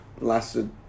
lasted